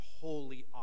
holy